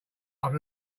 after